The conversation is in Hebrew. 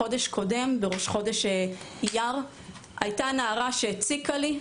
בראש חודש אייר הייתה נערה שהציקה לי.